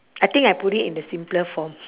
I think I put it in the simpler form